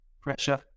pressure